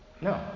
No